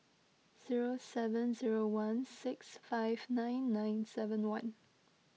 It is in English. zero seven zero one six five nine nine seven one